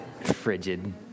Frigid